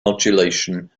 modulation